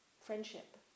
friendship